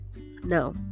no